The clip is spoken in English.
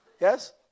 Yes